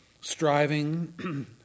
striving